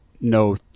no